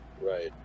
right